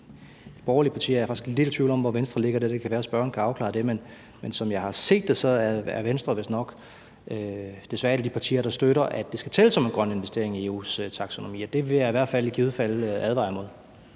de borgerlige partier – jeg er faktisk lidt i tvivl om, hvor Venstre ligger dér, og det kan være, at spørgeren kan afklare det. Men som jeg har set det, er Venstre vistnok, desværre, et af de partier, der støtter, at det skal tælle som en grøn investering i EU's taksonomi, og det vil jeg i givet fald advare imod.